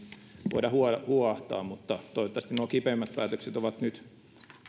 voida huoahtaa mutta toivottavasti nuo kipeimmät päätökset ovat nyt